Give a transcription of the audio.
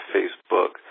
Facebook